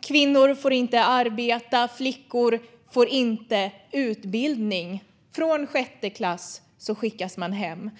Kvinnor får inte arbeta. Flickor får inte utbildning. Från sjätte klass skickas man hem.